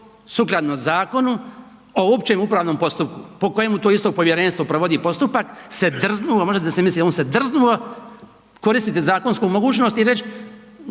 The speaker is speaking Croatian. sukladno Zakonu o općem upravnom postupku po kojemu to isto povjerenstvo provodi postupak se drznuo, možete si misliti on se drznuo koristiti zakonsku mogućnost i reći